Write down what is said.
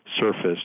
surfaced